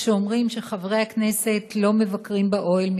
כשאומרים שחברי הכנסת לא מבקרים באוהל,